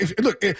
look